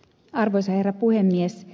arvoisa herra puhemies